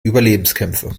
überlebenskämpfe